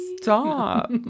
Stop